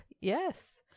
Yes